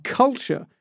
culture